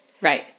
right